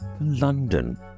London